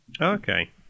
Okay